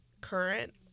current